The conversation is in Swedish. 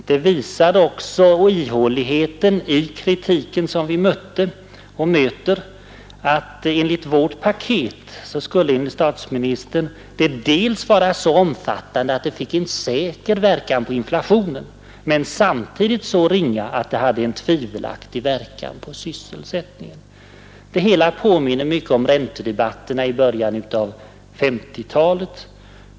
Det visar också ihåligheten i den kritik som vi mötte och möter, att vårt paket enligt statsministern var dels så omfattande att det fick en säker verkan på inflationen, dels så ringa att det hade en tvivelaktig verkan på sysselsättningen. Det hela påminner mycket om räntedebatterna i början av 1950-talet.